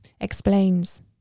explains